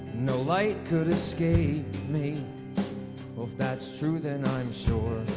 no light could escape me well if that's true then i'm sure